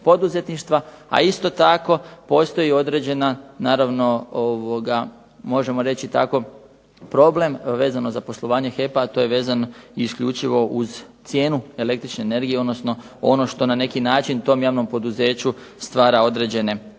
a isto tako postoji određena, naravno možemo reći tako problem vezano za poslovanje HEP-a, a to je vezano isključivo uz cijenu električne energije, odnosno ono što na neki način tom javnom poduzeću stvara određene teškoće.